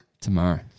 Tomorrow